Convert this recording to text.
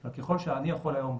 אבל ככל שאני יכול היום,